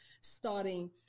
starting